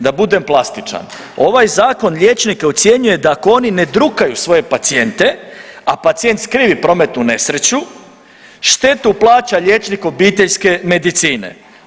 Da budem plastičan, ovaj zakon liječnike ucjenjuju da ako oni ne drukaju svoje pacijente, a pacijent skrivi prometnu nesreću, štetu plaća liječnik obiteljske medicine.